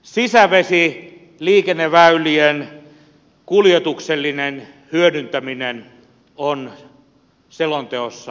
kolmanneksi sisävesiliikenneväylien kuljetuksellinen hyödyntäminen on selonteossa unohdettu täysin